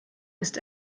ist